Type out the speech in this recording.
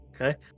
okay